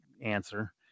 answer